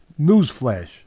Newsflash